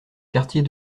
quartier